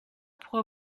pour